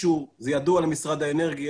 אנחנו פועלים לשמור על שרידות מצד